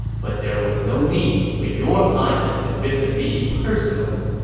but there was no need for your highness to visit me personally.